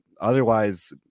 otherwise